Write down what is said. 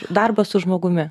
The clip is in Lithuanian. darbą su žmogumi